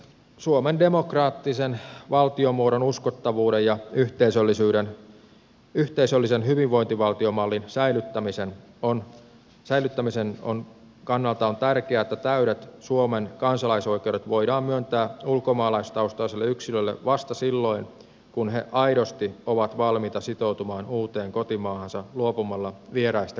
suomen demokraattisen valtiomuodon uskottavuuden ja yhteisöllisen hyvinvointivaltiomallin säilyttämisen kannalta on tärkeää että täydet suomen kansalaisoikeudet voidaan myöntää ulkomaalaistaustaisille yksilöille vasta silloin kun he aidosti ovat valmiita sitoutumaan uuteen kotimaahansa luopumalla vieraista kansalaisuussiteistä